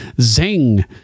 zing